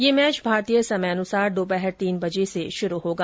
ये मैच भारतीय समयानुसार दोपहर तीन बजे से होगा